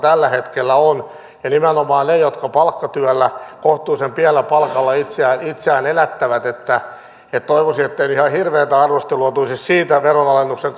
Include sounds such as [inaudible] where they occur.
[unintelligible] tällä hetkellä on ja nimenomaan ne jotka palkkatyöllä kohtuullisen pienellä palkalla itseään itseään elättävät toivoisin ettei nyt ihan hirveätä arvostelua tulisi siitä veronalennuksen [unintelligible]